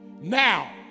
Now